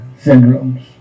syndromes